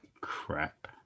crap